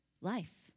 life